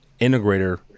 integrator